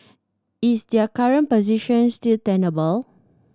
is their current position still tenable